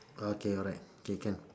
okay alright K can